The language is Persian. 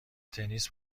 تنیس